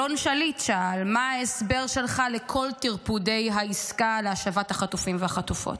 אלון שליט שאל: מה ההסבר שלך לכל טרפודי העסקה להשבת החטופים והחטופות?